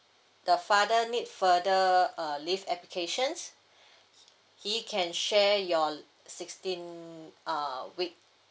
the father need further uh leave applications he can share your sixteen uh week